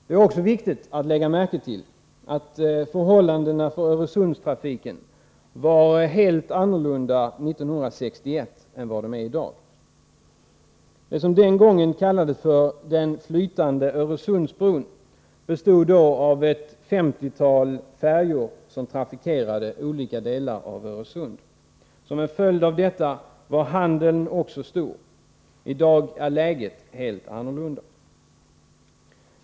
Det är också viktigt att lägga märke till att förhållandena för Öresundstrafiken var helt annorlunda 1961 än vad de är i dag. Det som den gången kallades för ”den flytande Öresundsbron” bestod då av ett 50-tal färjor, som trafikerade olika delar av Öresund. Som en följd av detta var handeln också stor. I dag är läget helt annorlunda.